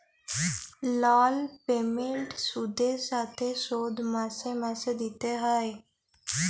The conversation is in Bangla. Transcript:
লল পেমেল্ট সুদের সাথে শোধ মাসে মাসে দিতে হ্যয়